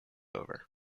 over